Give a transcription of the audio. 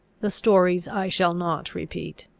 the stories i shall not repeat.